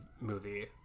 movie